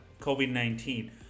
COVID-19